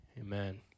Amen